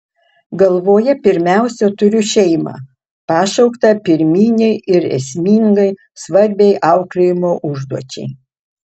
galvoje pirmiausia turiu šeimą pašauktą pirminei ir esmingai svarbiai auklėjimo užduočiai